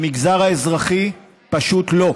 המגזר האזרחי פשוט לא,